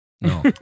No